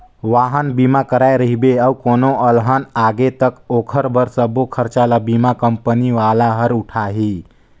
वाहन बीमा कराए रहिबे अउ कोनो अलहन आगे त ओखर सबो खरचा ल बीमा कंपनी वाला हर उठाही